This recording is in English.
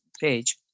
page